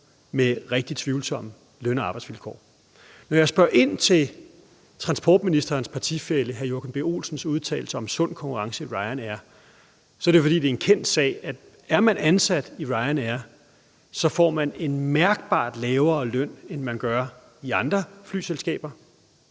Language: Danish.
med rigtig tvivlsomme løn- og arbejdsvilkår. Når jeg spørger ind til transportministerens partifælle hr. Joachim B. Olsens udtalelse om sund konkurrence i Ryanair, er det jo, fordi det er en kendt sag, at er man ansat i Ryanair, får man en mærkbart lavere løn, end de gør hos andre flyselskaber.